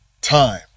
time